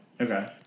Okay